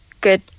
good